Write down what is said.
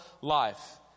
life